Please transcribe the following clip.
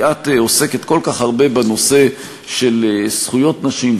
כי את עוסקת כל כך הרבה בנושא של זכויות נשים,